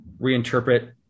reinterpret